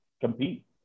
compete